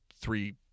three